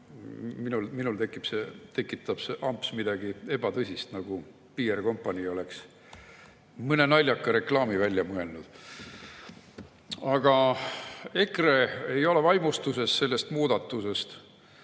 Minus tekitab see "amps" ebatõsist [muljet], nagu PR‑kompanii oleks mõne naljaka reklaami välja mõelnud. Aga EKRE ei ole vaimustuses sellest muudatusest.